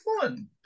fun